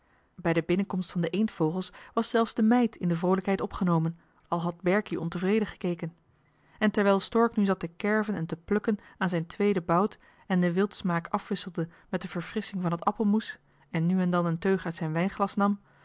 bij de binnenkomst van de eendvogels was zelfs de meid in de vroolijkheid opgenomen al had berkie ontevreden gekeken en terwijl stork nu zat te kerven en te plukken aan zijn tweeden bout en den wildsmaak afwisselde met de verfrissching van het johan de meester de zonde in het deftige dorp appelmoes en nu en dan een teug uit zijn wijnglas nam